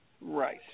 Right